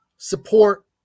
support